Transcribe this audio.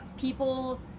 people